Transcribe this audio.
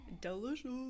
Delicious